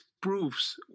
proves